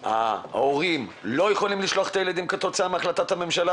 ההורים לא יכולים לשלוח את הילדים כתוצאה מהחלטת הממשלה